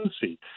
see